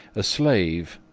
a slave,